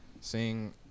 Seeing